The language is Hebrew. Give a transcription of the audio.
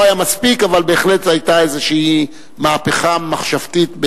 לא היה מספיק אבל בהחלט זו היתה איזושהי מהפכה מחשבתית,